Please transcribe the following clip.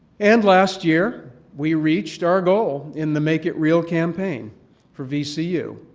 and last year we reached our goal in the make it real campaign for vcu,